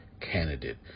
candidate